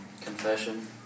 Confession